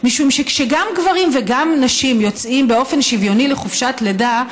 משום שכשגם גברים וגם נשים יוצאים באופן שוויוני לחופשת לידה,